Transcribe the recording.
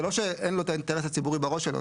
זה לא שאין לו את האינטרס הציבורי בראש שלו.